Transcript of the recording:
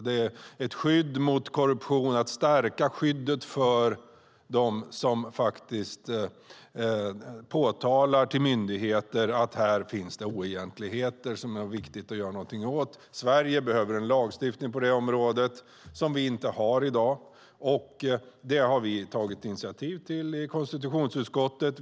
Det är ett skydd mot korruption, och vi måste stärka skyddet för dem som påtalar oegentligheter för myndigheter. Sverige behöver en lagstiftning på detta område. Det har vi inte i dag, men det har vi tagit initiativ till i konstitutionsutskottet.